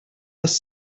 was